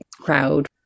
crowd